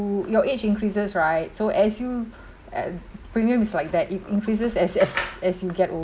your age increases right so as you uh premium is like that it increases as as as you get older